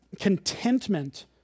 contentment